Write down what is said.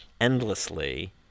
endlessly